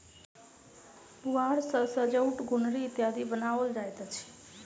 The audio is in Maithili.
पुआर सॅ सजौट, गोनरि इत्यादि बनाओल जाइत अछि